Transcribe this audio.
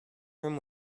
room